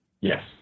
Yes